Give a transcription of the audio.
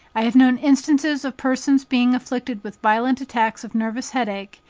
i have known instances of persons being afflicted with violent attacks of nervous head-ache,